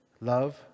love